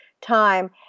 time